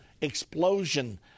explosion